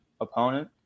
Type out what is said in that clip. opponent